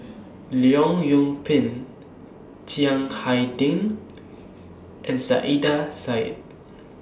Leong Yoon Pin Chiang Hai Ding and Saiedah Said